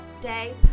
day